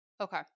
Okay